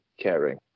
caring